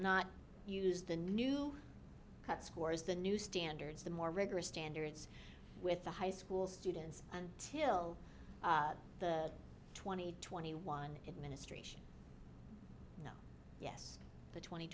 not use the new cut scores the new standards the more rigorous standards with the high school students until the twenty twenty one administration yes the tw